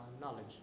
knowledge